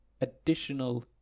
additional